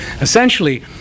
essentially